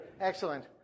Excellent